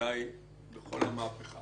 כדאי בכל המהפכה